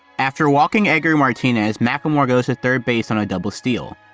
after walking agrey martinez, mclemore goes to third base on a double steal.